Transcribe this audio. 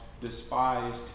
despised